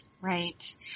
Right